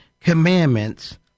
commandments